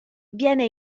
viene